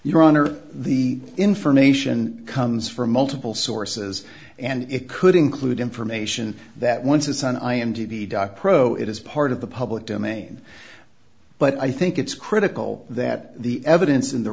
your honor the information comes from multiple sources and it could include information that once is on i m d b dot pro it is part of the public domain but i think it's critical that the evidence in the